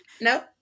no